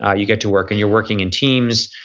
ah you get to work and you're working in teams,